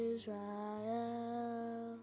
Israel